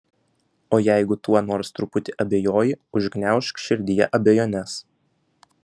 o jeigu tuo nors truputį abejoji užgniaužk širdyje abejones